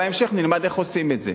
בהמשך נלמד איך עושים את זה.